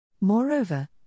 Moreover